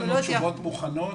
יש לנו תשובות מוכנות.